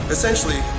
Essentially